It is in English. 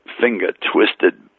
finger-twisted